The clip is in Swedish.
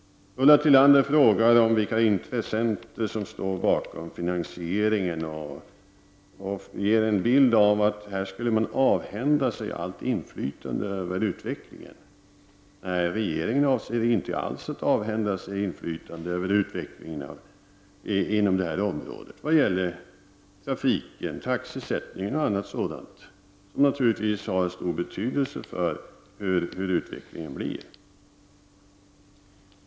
Ulla Tillander frågade om vilka intressenter som står bakom finansieringen. Hon ger en bild av att man här skulle avhända sig allt inflytande över utvecklingen. Men regeringen avser inte alls att avhända sig inflytande över utvecklingen inom detta område i vad gäller trafiken, taxesättning och annat sådant som naturligtvis har stor betydelse för utvecklingen.